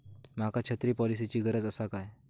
माका छत्री पॉलिसिची गरज आसा काय?